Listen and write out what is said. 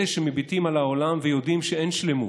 אלה שמביטים על העולם ויודעים שאין שלמות,